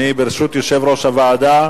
ברשות יושב-ראש הוועדה,